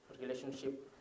relationship